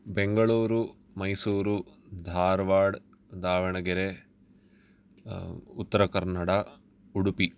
Bengaluru Mysuru Dharwad Davanagere Uttara Kannada Udupi